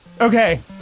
okay